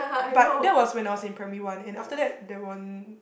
but that was when I was in primary one and after that they weren't